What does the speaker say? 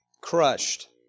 Crushed